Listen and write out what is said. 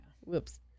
Whoops